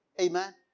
Amen